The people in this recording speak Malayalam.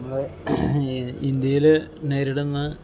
നമ്മൾ ഇന്ത്യയിൽ നേരിടുന്ന